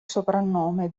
soprannome